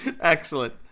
Excellent